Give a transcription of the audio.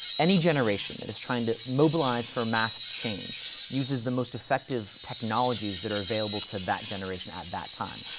any generation that is trying to mobilize for mass change uses the most effective technologies that are available to that generation at that time.